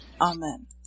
Amen